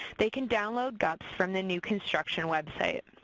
they can download gups from the new construction website.